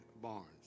Barnes